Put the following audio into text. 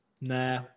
Nah